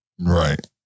Right